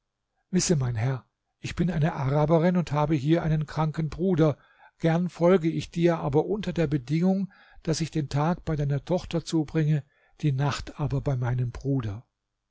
wisse mein herr ich bin eine araberin und habe hier einen kranken bruder gerne folge ich dir aber unter der bedingung daß ich den tag bei deiner tochter zubringe die nacht aber bei meinem bruder